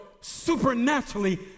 supernaturally